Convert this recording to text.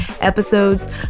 episodes